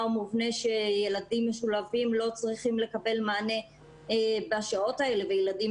מובנה שילדים משולבים לא צריכים לקבל מענה בשעות האלה וילדים